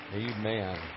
Amen